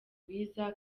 rwiza